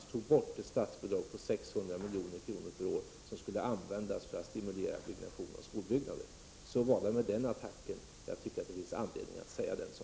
Man tog då bort ett statsbidrag på 600 milj.kr. per år som skulle användas till att stimulera byggande av skolbyggnader. Så var det med den attacken. Jag tycker att det finns anledning att säga detta.